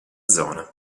zona